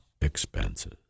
expenses